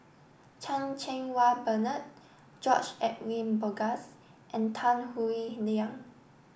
Chan Cheng Wah Bernard George Edwin Bogaars and Tan Howe Liang